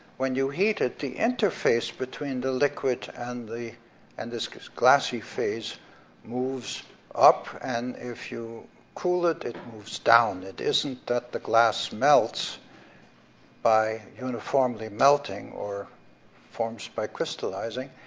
when you heat it, the interface between the liquid and and this glassy phase moves up, and if you cool it, it moves down. it isn't that the glass melts by uniformly melting, or forms by crystallizing.